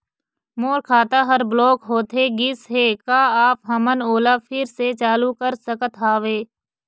मोर खाता हर ब्लॉक होथे गिस हे, का आप हमन ओला फिर से चालू कर सकत हावे?